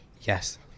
Yes